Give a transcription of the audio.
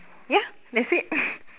ya that's it